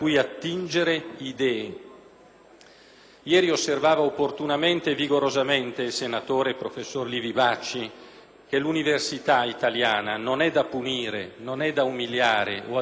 Ieri osservava opportunamente e vigorosamente il senatore, professor Livi Bacci, che l'università italiana non è da punire, non è da umiliare o addirittura da buttare.